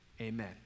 Amen